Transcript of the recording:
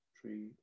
Tree